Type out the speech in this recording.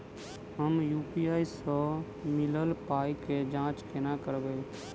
हम यु.पी.आई सअ मिलल पाई केँ जाँच केना करबै?